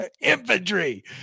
Infantry